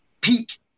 peak